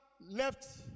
left